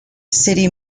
city